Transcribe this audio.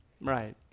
Right